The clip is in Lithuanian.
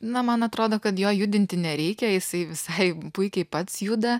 na man atrodo kad jo judinti nereikia jisai visai puikiai pats juda